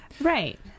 Right